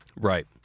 Right